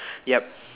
yup